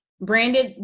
branded